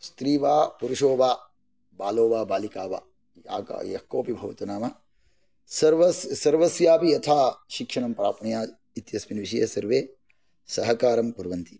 स्त्री वा पुरुषो वा बालो वा बालिका वा या यः कोपि भवतु नाम सर्वस्यापि यथा शिक्षणं प्राप्नुयात् इत्यस्मिन् विषये सर्वे सहकारं कुर्वन्ति